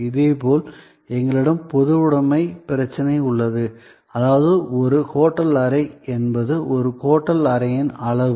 இதேபோல் எங்களிடம் பொதுவுடைமை பிரச்சனை உள்ளது அதாவது ஒரு ஹோட்டல் அறை என்பது ஒரு ஹோட்டல் அறையின் அளவு